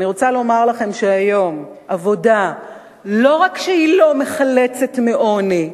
אני רוצה לומר לכם שהיום עבודה לא רק שהיא לא מחלצת מעוני,